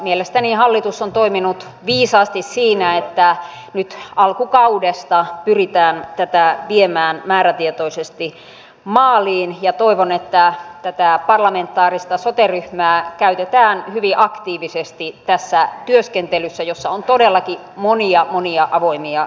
mielestäni hallitus on toiminut viisaasti siinä että nyt alkukaudesta pyritään tätä viemään määrätietoisesti maaliin ja toivon että tätä parlamentaarista sote ryhmää käytetään hyvin aktiivisesti tässä työskentelyssä jossa on todellakin monia monia avoimia kysymyksiä